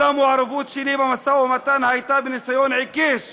כל המעורבות שלי במשא-ומתן הייתה בניסיון עיקש